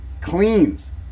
Cleans